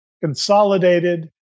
consolidated